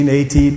18